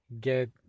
get